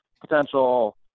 Potential